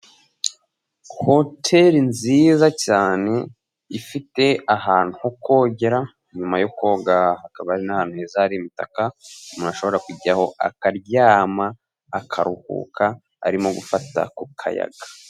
Hoteri nziza cyane ifite ahantu kukogera nyuma yo koga hakaba hari n'ahantu heza hari imitaka umuntu ashobora kujyaho akaryama akaruhuka arimo gufata akayaga.